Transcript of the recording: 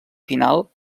final